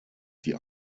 die